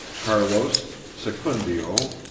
carlos, secundio,